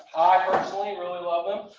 i personally really love them.